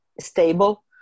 stable